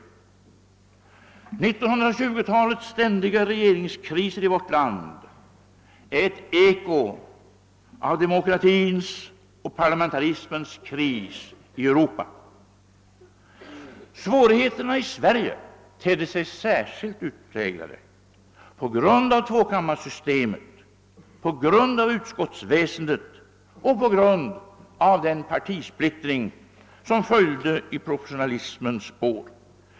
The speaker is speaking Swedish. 1920-talets ständiga regeringskriser i vårt land är ett eko av demokratins och parlamentarismens kris i Europa. Svårigheterna i Sverige tedde sig särskilt utpräglade på grund av tvåkammarsystemet, utskottsväsendet och den partisplittring, som följde i proportionalismens spår.